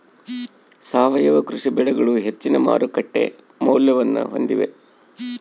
ಸಾವಯವ ಕೃಷಿ ಬೆಳೆಗಳು ಹೆಚ್ಚಿನ ಮಾರುಕಟ್ಟೆ ಮೌಲ್ಯವನ್ನ ಹೊಂದಿವೆ